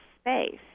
space